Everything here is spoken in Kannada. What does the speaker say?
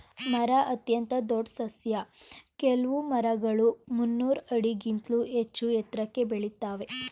ಮರ ಅತ್ಯಂತ ದೊಡ್ ಸಸ್ಯ ಕೆಲ್ವು ಮರಗಳು ಮುನ್ನೂರ್ ಆಡಿಗಿಂತ್ಲೂ ಹೆಚ್ಚೂ ಎತ್ರಕ್ಕೆ ಬೆಳಿತಾವೇ